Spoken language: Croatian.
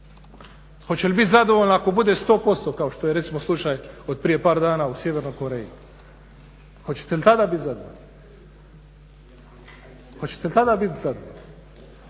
Hoće li biti zadovoljna ako bude 100% kao što je recimo slučaj od prije par dana u Sjevernoj Koreji, hoćete li tada biti zadovoljni? Hoćete tada biti zadovoljni